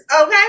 okay